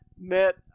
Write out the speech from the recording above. net